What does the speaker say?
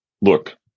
Look